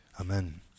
Amen